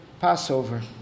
Passover